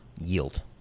yield